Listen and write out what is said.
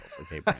okay